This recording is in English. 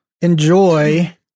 enjoy